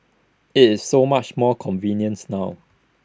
IT is so much more convenience now